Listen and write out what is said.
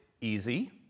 easy